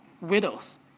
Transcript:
widows